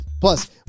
Plus